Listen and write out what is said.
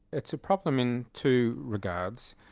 it's a problem in two regards.